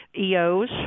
EOs